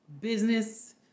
business